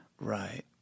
Right